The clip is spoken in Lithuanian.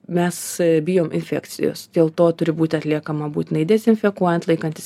mes bijom infekcijos dėl to turi būti atliekama būtinai dezinfekuojant laikantis